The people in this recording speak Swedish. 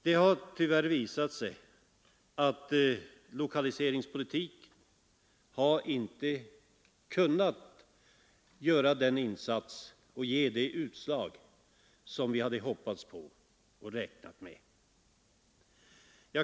Det har tyvärr visat sig att lokaliserinspolitiken inte gett de utslag som vi hade hoppats på och räknat med.